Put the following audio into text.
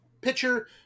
pitcher